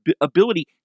ability